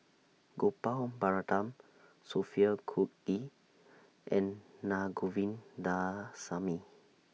Gopal Baratham Sophia Cooke and Naa Govindasamy